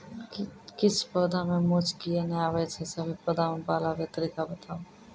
किछ पौधा मे मूँछ किये नै आबै छै, सभे पौधा मे बाल आबे तरीका बताऊ?